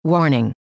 Warning